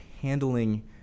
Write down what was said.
handling